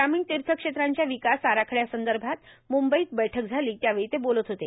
ग्रामीण तीथक्षेत्रांच्या विकास आराखड्यासंदभांत मुंबईत बैठक झालां त्यावेळी ते बोलत होते